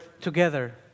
together